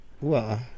Wow